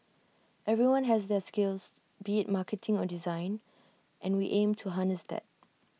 everyone has their skills be IT marketing on design and we aim to harness that